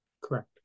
Correct